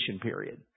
period